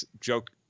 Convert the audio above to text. joke